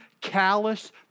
callous